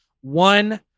one-